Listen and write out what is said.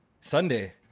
Sunday